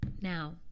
Now